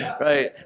Right